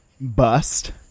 bust